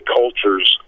culture's